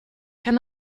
kann